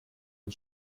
den